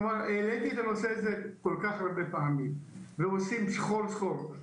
העליתי את הנושא הזה כל כך הרבה פעמים והולכים סחור-סחור.